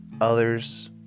others